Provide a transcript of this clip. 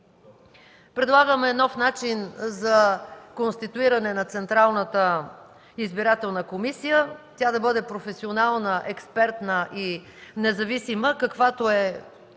Предлагаме нов начин за конституиране на Централната избирателна комисия – тя да бъде професионална, експертна и независима, каквото е